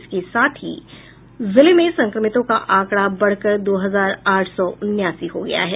इसके साथ ही जिले में संक्रमितों का आंकड़ा बढ़कर दो हजार आठ सौ उनासी हो गया है